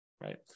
Right